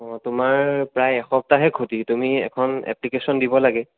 অঁ তোমাৰ প্ৰায় এসপ্তাহে খতি তুমি এখন এপ্লিকেশ্যন দিব লাগে